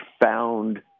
found